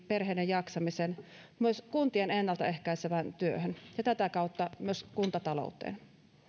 perheiden jaksamiseen myös kuntien ennaltaehkäisevään työhön ja tätä kautta myös kuntatalouteen